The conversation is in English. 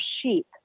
sheep